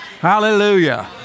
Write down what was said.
Hallelujah